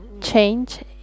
change